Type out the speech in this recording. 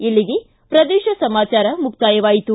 ಇಲ್ಲಿಗೆ ಪ್ರದೇಶ ಸಮಾಚಾರ ಮುಕ್ತಾಯವಾಯಿತು